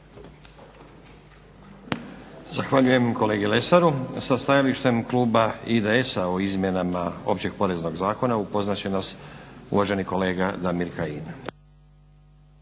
Zahvaljujem kolegi Lesaru. Sa stajalištem kluba IDS-a o izmjenama Općeg poreznog zakona upoznat će nas uvaženi kolega Damir Kajin.